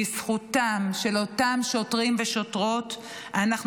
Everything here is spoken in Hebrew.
בזכותם של אותם שוטרים ושוטרות אנחנו